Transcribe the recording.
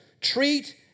Treat